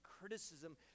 criticism